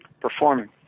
performing